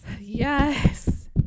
Yes